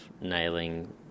nailing